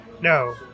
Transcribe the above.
No